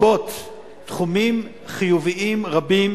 ולהרבות תחומים חיוביים רבים,